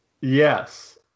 Yes